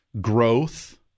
growth